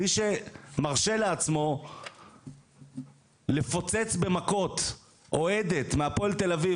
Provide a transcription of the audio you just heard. מי שמרשה לעצמו לפוצץ במכות אוהדת מהפועל תל אביב,